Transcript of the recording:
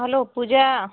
hello Pooja